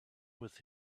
with